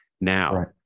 Now